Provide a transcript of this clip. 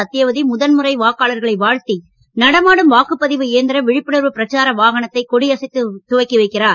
சத்தியவதி முதன்முறை வாக்காளர்களை வாழ்த்தி நடமாடும் வாக்குப்பதிவு இயந்திர விழிப்புணர்வு பிரச்சார வாகனத்தை கொடி அசைத்து துவக்கி வைக்கிறார்